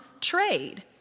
trade